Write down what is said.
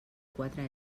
quatre